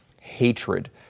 hatred